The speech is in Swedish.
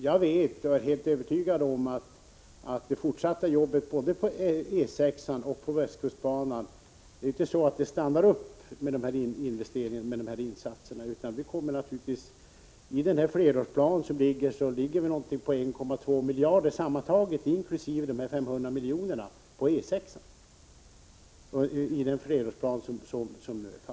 Jag är helt övertygad om att det fortsatta jobbet på E 6 och västkustbanan inte stannar upp i och med dessa insatser. I den fastställda flerårsplanen är det omkring 1,2 miljarder — inkl. dessa 500 miljoner — som avser E 6.